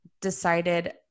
decided